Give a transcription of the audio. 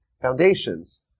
foundations